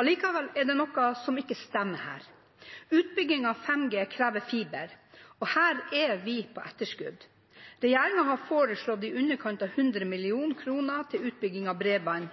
Allikevel er det noe som ikke stemmer. Utbygging av 5G krever fiber, og her er vi på etterskudd. Regjeringen har foreslått i underkant av 100 mill. kr til utbygging av